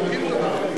נקים את הדבר הזה.